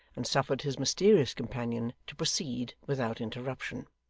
and suffered his mysterious companion to proceed without interruption.